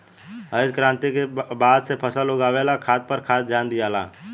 हरित क्रांति के बाद से फसल उगावे ला खाद पर खास ध्यान दियाला